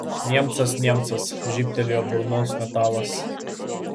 niemcas niemcas žybtelėjo burnos metalas